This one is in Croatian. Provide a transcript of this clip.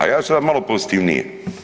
A ja ću sad malo pozitivnije.